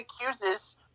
accuses